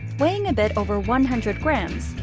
weighing a bit over one hundred grams,